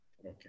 Okay